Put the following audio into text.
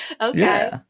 Okay